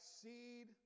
seed